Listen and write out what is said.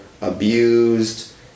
abused